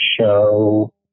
show